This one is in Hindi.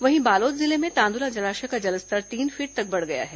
वहीं बालोद जिले में तांदुला जलाशय का जलस्तर तीन फीट तक बढ़ गया है